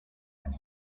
and